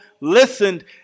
listened